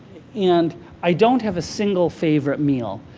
and i don't have a single favorite meal.